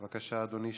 בבקשה, אדוני.